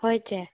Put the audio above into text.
ꯍꯣꯏ ꯆꯦ